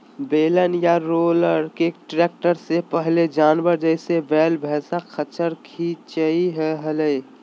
बेलन या रोलर के ट्रैक्टर से पहले जानवर, जैसे वैल, भैंसा, खच्चर खीचई हलई